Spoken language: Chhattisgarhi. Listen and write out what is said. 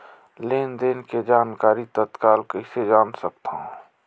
लेन देन के जानकारी तत्काल कइसे जान सकथव?